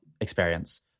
experience